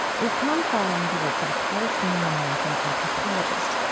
we've come following the work of a palestinian-american anthropologist,